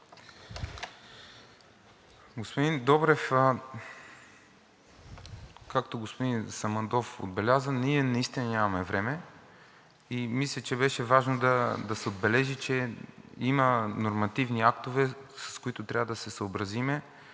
Господин Добрев, както господин Самандов отбеляза, ние наистина нямаме време и мисля, че беше важно да се отбележи, че има нормативни актове, с които трябва да се съобразим,